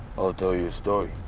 i'll tell you a story.